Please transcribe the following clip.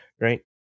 right